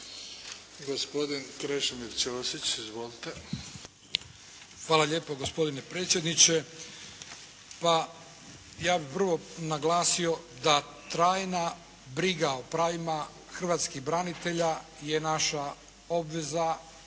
**Ćosić, Krešimir (HDZ)** Hvala lijepo gospodine predsjedniče, pa ja bih prvo naglasio da trajna briga o pravima hrvatskih branitelja je naša obveza